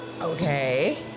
Okay